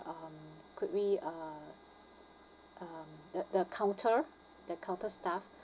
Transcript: um could we uh um the the counter the counter staff